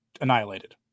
annihilated